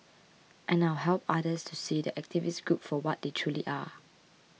I now help others to see the activist group for what they truly are